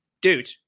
dude